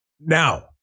now